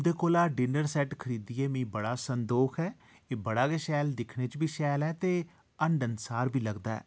तुंदे कोला dinner set खरीदियै मिगी बड़ा संदोख ऐ एह् बड़ा गै शैल दिक्खने च बी शैल ते हन्डनसार बी लगदा ऐ